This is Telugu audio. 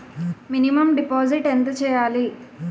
మినిమం డిపాజిట్ ఎంత చెయ్యాలి?